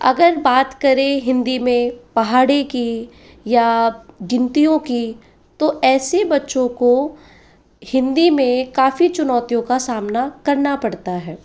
अगर बात करें हिंदी में पहाड़े की या गिनतियों की तो ऐसे बच्चों को हिंदी में काफ़ी चुनौतियों का सामना करना पड़ता है